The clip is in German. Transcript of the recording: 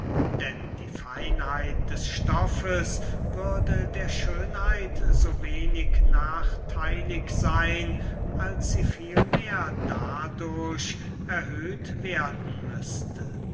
denn die feinheit des stoffes würde der schönheit so wenig nachtheilig seyn daß sie vielmehr dadurch erhöht werden müßte